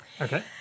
Okay